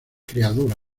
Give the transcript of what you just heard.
creadora